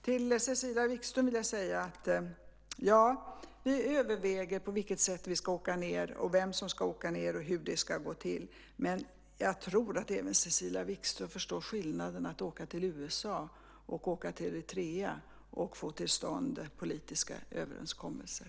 Till Cecilia Wigström vill jag säga att vi överväger på vilket sätt vi ska åka ned, vem som ska åka och hur det ska gå till. Men jag tror att även Cecilia Wigström förstår skillnaden mellan att åka till USA och att åka till Eritrea och få till stånd politiska överenskommelser.